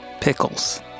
Pickles